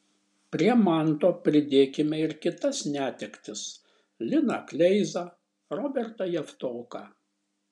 prie manto pridėkime ir kitas netektis liną kleizą robertą javtoką